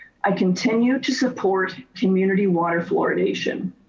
i continue to support community water fluoridation.